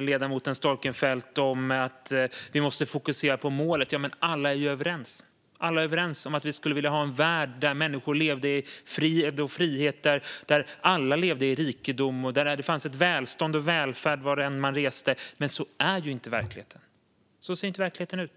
Ledamoten Storckenfeldt pratar om att vi måste fokusera på målet. Ja, men alla är överens. Alla är överens om att vi skulle vilja ha en värld där människor lever i fred och frihet, där alla lever i rikedom och där det finns välstånd och välfärd varthän man än reser. Men så är inte verkligheten. Så ser inte verkligheten ut.